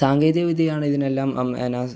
സാങ്കേതിക വിദ്യയാണിതിനെല്ലാം എന്നാ